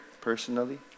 personally